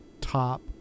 top